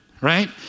right